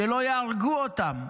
שלא יהרגו אותם"